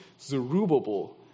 Zerubbabel